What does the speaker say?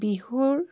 বিহুৰ